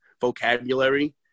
vocabulary